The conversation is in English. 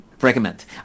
recommend